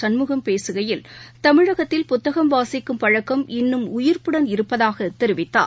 சண்முகம் பேசுகையில் தமிழகத்தில் புத்தகம் வாசிக்கும் பழக்கம் இன்னும் உயிர்ப்புடன் இருப்பதாக தெரிவித்தார்